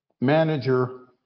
manager